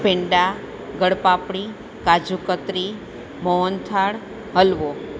પેંડા ગોળ પાપડી કાજુ કતરી મોહન થાળ હલવો